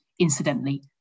incidentally